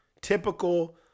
typical